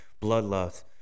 Bloodlust